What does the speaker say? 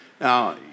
Now